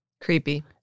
Creepy